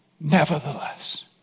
Nevertheless